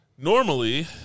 normally